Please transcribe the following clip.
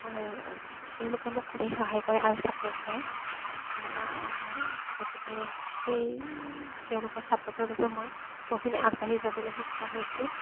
তেওঁলোকে মোক খুবেই সহায় কৰে আৰু চাপোৰ্ট কৰে গতিকে সেই তেওঁলোকৰ চাপোৰ্টৰ বাবে মই বহুখিনি আগবাঢ়ি যাবলৈ সক্ষম হৈছোঁ